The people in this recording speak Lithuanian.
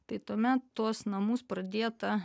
tai tuomet tuos namus pradėta